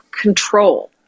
control